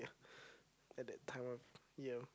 at that time of year